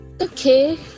okay